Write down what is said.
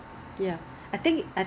if I'm at home not so much